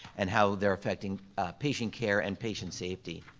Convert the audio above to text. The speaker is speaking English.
and how they're affecting patient care and patient safety.